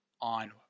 on